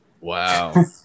Wow